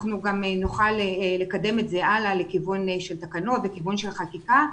אנחנו גם נוכל לקדם את זה הלאה לכיוון של תקנות וכיוון של חקיקה.